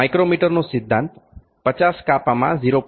માઇક્રોમીટરનો સિધ્ધાંત 50 કાપામાં 0